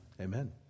Amen